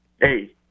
Hey